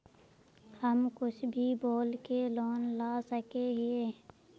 हम कुछ भी बोल के लोन ला सके हिये?